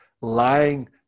lying